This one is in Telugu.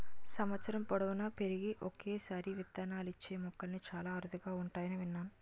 సంవత్సరం పొడువునా పెరిగి ఒక్కసారే విత్తనాలిచ్చే మొక్కలు చాలా అరుదుగా ఉంటాయని విన్నాను